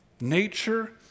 Nature